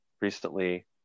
recently